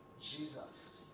Jesus